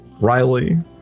Riley